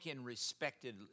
respected